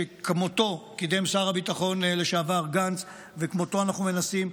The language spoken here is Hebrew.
שכמותו קידם שר הביטחון לשעבר גנץ וכמותו אנחנו מנסים,